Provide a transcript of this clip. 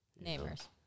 Neighbors